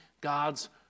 God's